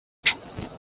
springende